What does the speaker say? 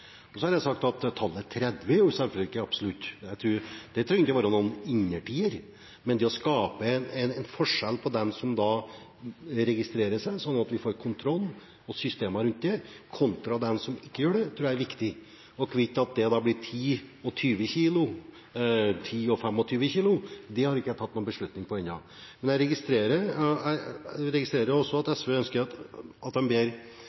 Så har jeg sagt at tallet 30 ikke er absolutt. Det trenger ikke være noen innertier. Men det å skape en forskjell mellom dem som registrerer seg, kontra dem som ikke gjør det, slik at vi får kontroll og systemer rundt det, tror jeg er viktig. Om det blir 10 og 20 kilo eller 10 og 25 kilo, har jeg ikke tatt noen beslutning om ennå. Jeg registrerer også at SV ber regjeringen greie ut nærmere utførselskravet når det gjelder om tallet på kilo skal gjelde per år. Der slet jeg